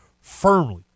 firmly